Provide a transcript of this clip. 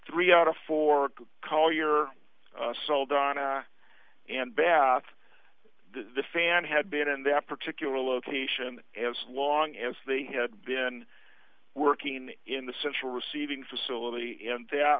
three out of four collier saldana and bath the fan had been in that particular location as long as they had been working in the central receiving facility and th